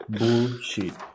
bullshit